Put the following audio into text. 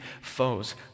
foes